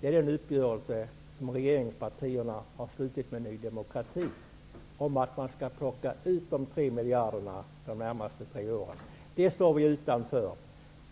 är den uppgörelse som regeringspartierna har slutit med Ny demokrati om att man skall plocka ut de 3 miljarderna under de närmaste tre åren. Den står vi utanför.